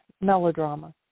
melodrama